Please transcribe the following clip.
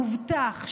מובטח,